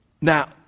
now